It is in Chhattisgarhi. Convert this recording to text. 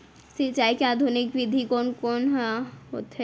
सिंचाई के आधुनिक विधि कोन कोन ह होथे?